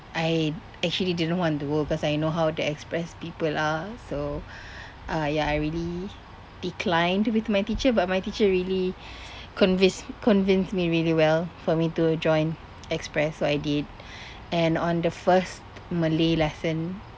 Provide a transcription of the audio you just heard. I actually didn't want to because I know how the express people are so I really declined with my teacher but my teacher really convinced convinced me really well for me to join express so I did and on the first malay lesson